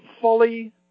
fully